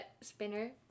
Spinner